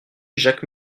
jacques